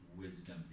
wisdom